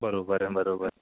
बरोबर अं बरोबर